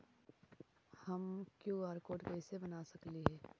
हम QR code कैसे बना सकली ही?